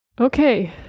Okay